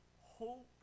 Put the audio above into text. Hope